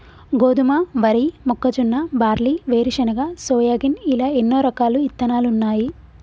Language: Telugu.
గోధుమ, వరి, మొక్కజొన్న, బార్లీ, వేరుశనగ, సోయాగిన్ ఇలా ఎన్నో రకాలు ఇత్తనాలున్నాయి